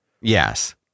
yes